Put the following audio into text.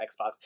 xbox